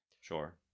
Sure